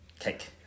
cake